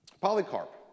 Polycarp